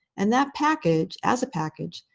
and that package, as a package,